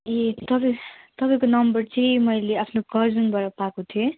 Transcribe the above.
ए तपाईँ तपाईँको नम्बर चाहिँ मैले आफ्नो कजनबाट पाएको थिएँ